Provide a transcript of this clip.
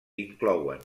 inclouen